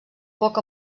poc